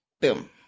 Boom